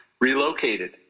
relocated